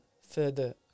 further